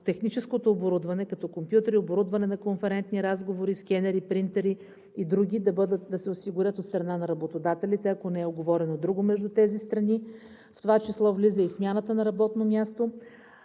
техническото оборудване, като компютри, оборудване на конферентни разговори, скенери, принтери и други да се осигурят от страна на работодателите, ако не е уговорено друго между тези страни, в това число влиза и смяната на работно място.